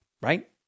right